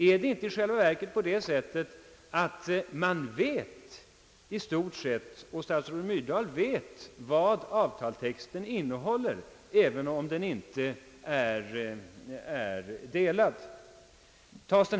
Är det inte i själva verket så, att parterna — inklusive statsrådet Myrdal — i stort sett vet vad avtalstexten innehåller, även om den inte är offentliggjord?